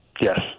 Yes